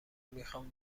میخام